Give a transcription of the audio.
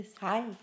hi